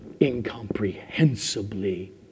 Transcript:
incomprehensibly